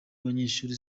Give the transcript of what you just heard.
abanyeshuri